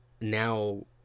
now